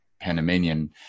Panamanian